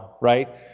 right